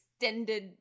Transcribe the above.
Extended